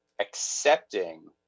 accepting